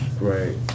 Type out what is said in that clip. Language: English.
Right